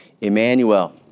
Emmanuel